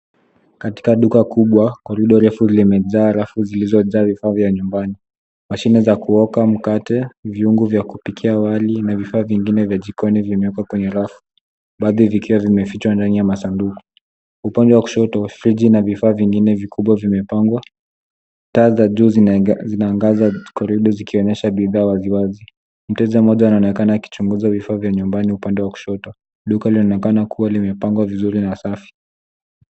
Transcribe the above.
Katika duka kubwa, korido refu limejaa rafu zilizojaa vifaa vya nyumbani. Mashine za kuoka mkate, viungo vya kupikia wali na vifaa vingine vya jikoi vimewekwa kwenye rafu, baadhi zikiwa zimefichwa ndani ya masanduku. Upande wa kushoto, friji ina vifaa vingine vimepangwa. Taa za juu zinaangaza korido zikionyesha bidhaa waziwazi. Mteja mmoja anaonekana akichunguza vifaa vya nyumbani upande wa kushoto. Duka linaonekana kuwa limepangwa vizuri na safi.